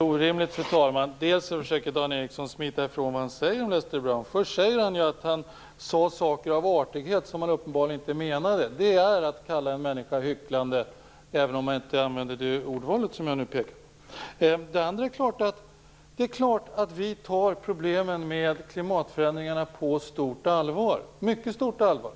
Fru talman! Detta är orimligt. Dan Ericsson försöker smita ifrån vad han säger om Lester Brown. Han säger att Lester Brown sade saker av artighet, som han uppenbarligen inte menade. Det är att kalla en människa hycklande, även om man inte använder just det ordvalet. Självfallet tar Centern problemen med klimatförändringarna på stort allvar - mycket stort allvar.